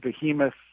behemoth